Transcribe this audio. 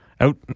out